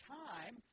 time